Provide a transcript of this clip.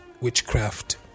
witchcraft